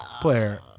player